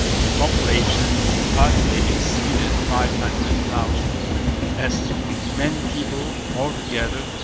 the population hardly exceeded five hundred thousand as many people, altogether,